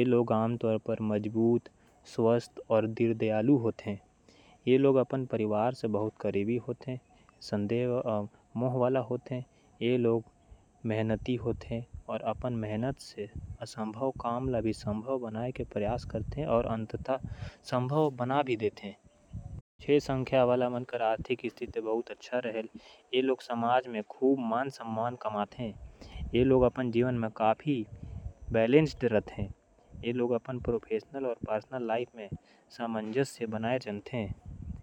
इन लोगों को प्यार देखभाल और सुरक्षा पसंद होती है। ये लोग अच्छे साथी बनते हैं।